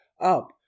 up